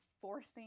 forcing